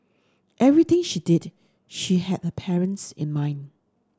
everything she did she had her parents in mind